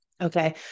Okay